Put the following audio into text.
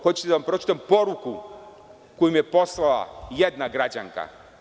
Hoćete da vam pročitam poruku koju mi je poslala jedna građanka.